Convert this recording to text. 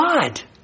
God